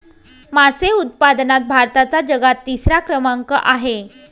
मासे उत्पादनात भारताचा जगात तिसरा क्रमांक आहे